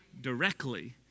directly